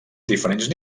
diferents